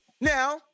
Now